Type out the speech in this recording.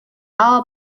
all